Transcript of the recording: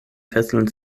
fesseln